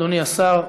אדוני השר.